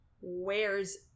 wears